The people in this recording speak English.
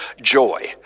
joy